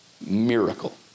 Miracle